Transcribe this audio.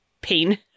pain